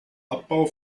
abbau